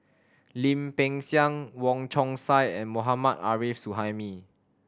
Lim Peng Siang Wong Chong Sai and Mohammad Arif Suhaimi